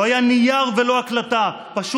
לא היה נייר ולא הקלטה, אתה בוגד בתפקידך.